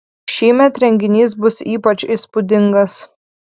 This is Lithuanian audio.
šįmet renginys bus ypač įspūdingas